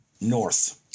north